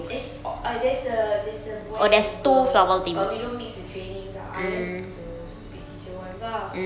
it's al~ there's a there's a boy and a girl but we don't mix the trainings ah unless the stupid teacher wants ah